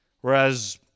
whereas